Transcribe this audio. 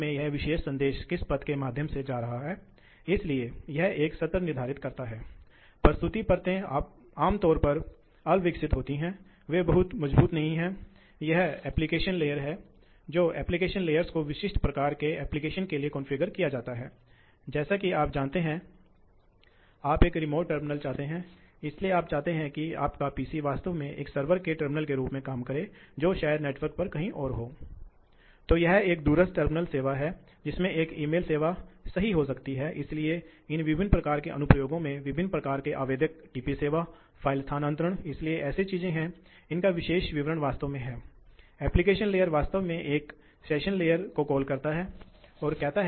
अब यह वह विशेष मामला है इसलिए यदि आप यह देखना चाहते हैं तो हम आ सकते हैं यदि आप यह आंकड़ा देखना चाहते हैं तो यह क्या कहता है यह उदाहरण के लिए कहता है पंखे के वक्र के लिए जो हमने देखा है यदि आप सौ प्रतिशत सीएफएम सौ प्रतिशत प्रवाह लेते हैं तो हॉर्स पावर की आवश्यकता 35 हो जाती है हम देखेंगे कि यह उन वक्रों से 35 तक कैसे आता है यदि आपके पास अस्सी प्रतिशत है तो हॉर्स पावर की आवश्यकता भी 35 है तो भी शायद ही कोई कमी हो यदि आप साठ प्रतिशत हैं यह 31 तक गिर जाता है यदि आपके पास चालीस प्रतिशत है तो यह 27 गिर जाता है और लोड विशेषताओं से हमने देखा है कि सौ प्रतिशत लोड 10 प्रतिशत समय रहता है